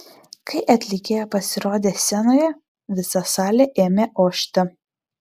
kai atlikėja pasirodė scenoje visa salė ėmė ošti